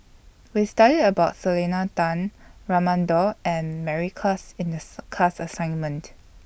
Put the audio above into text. We studied about Selena Tan Raman Daud and Mary Klass in The class assignment